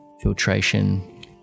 filtration